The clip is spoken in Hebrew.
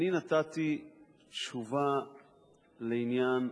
אני נתתי תשובה לעניין החקירתי,